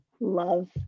Love